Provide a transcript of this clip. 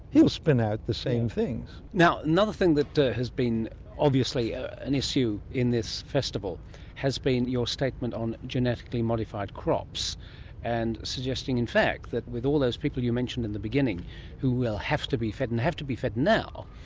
he'll spin out the same things. another thing that has been obviously an issue in this festival has been your statement on genetically modified crops and suggesting in fact that with all those people you mentioned in the beginning who will have to be fed and have to be fed now,